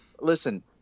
listen